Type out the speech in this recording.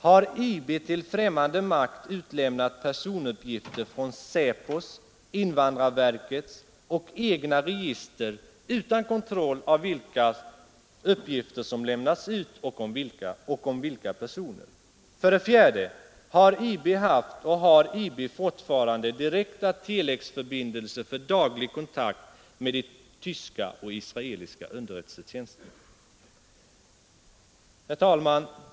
Har IB till främmande makt utlämnat personuppgifter från SÄPO:, invandrarverkets och egna register utan kontroll av vilka uppgifter som lämnats ut och om vilka personer? 4. Har IB haft och har IB fortfarande direkta telexförbindelser för daglig kontakt med de tyska och israeliska underrättelsetjänsterna? Herr talman!